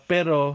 Pero